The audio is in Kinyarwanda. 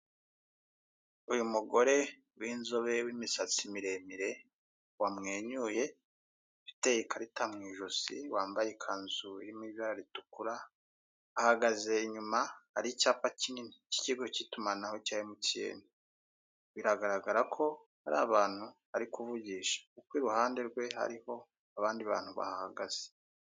Uyu mugore w'inzobe w'imisatsi miremire wamwenyuye ufite ikarita mu ijosi wambaye ikanzu irimo ibara itukura ahagaze inyuma, hari icyapa kinini cy'ikigo cy'itumanaho cya mtn, biragara ko ari abantu ari kuvugisha kuko iruhande rwe hariho abandi bantu bahahagaze.